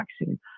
vaccine